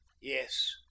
Yes